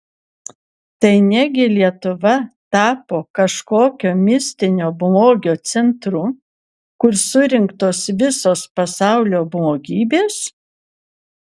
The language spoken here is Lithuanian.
tai ne gi lietuva tapo kažkokio mistinio blogio centru kur surinktos visos pasaulio blogybės